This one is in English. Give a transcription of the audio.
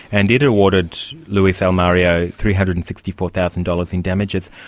and it it awarded luis almario three hundred and sixty four thousand dollars in damages.